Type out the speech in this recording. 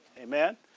Amen